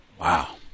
Wow